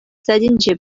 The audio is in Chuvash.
сайтӗнче